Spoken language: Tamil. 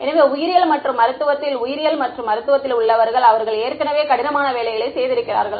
எனவே உயிரியல் மற்றும் மருத்துவத்தில் உயிரியல் மற்றும் மருத்துவத்தில் உள்ளவர்கள் அவர்கள் ஏற்கனவே கடினமாக வேலைகளை செய்திருக்கிறார்கள்